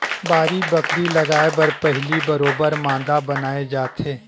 बाड़ी बखरी लगाय बर पहिली बरोबर मांदा बनाए जाथे